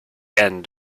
end